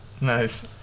Nice